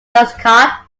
dustcart